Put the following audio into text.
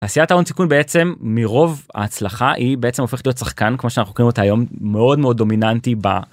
עשיית ההון סיכון בעצם מרוב ההצלחה היא בעצם הופכת להיות שחקן כמו שאנחנו מכירים אותה היום מאוד מאוד דומיננטי ב...